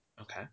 Okay